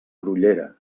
grollera